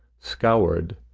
scoured,